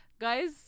Guys